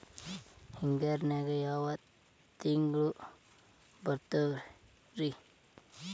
ಹಿಂಗಾರಿನ್ಯಾಗ ಯಾವ ತಿಂಗ್ಳು ಬರ್ತಾವ ರಿ?